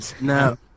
No